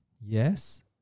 yes